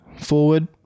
forward